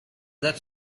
that